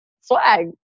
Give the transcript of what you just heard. swag